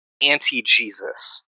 anti-Jesus